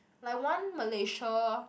like one Malaysia